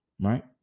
right